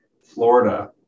Florida